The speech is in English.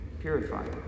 purified